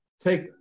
take